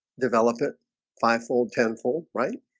develop it fivefold tenth full, right?